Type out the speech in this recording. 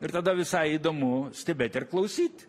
ir tada visai įdomu stebėt ir klausyt